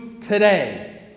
today